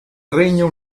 regno